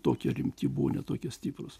tokie rimti buvo ne tokie stiprūs